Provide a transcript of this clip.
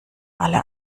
alle